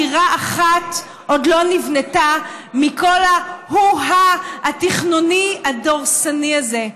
דירה אחת עוד לא נבנתה מכל ההו-הא התכנוני הדורסני הזה.